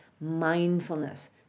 mindfulness